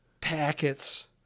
packets